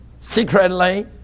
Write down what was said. secretly